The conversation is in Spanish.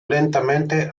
lentamente